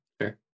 sure